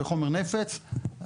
בחומר נפץ,